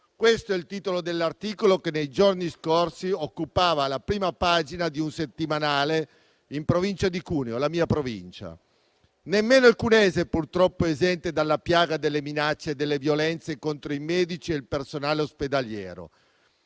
questo è il titolo di un articolo che, nei giorni scorsi, occupava la prima pagina di un settimanale della provincia di Cuneo, la mia provincia. Nemmeno il cuneese purtroppo è esente dalla piaga delle minacce e delle violenze contro i medici e il personale ospedaliero.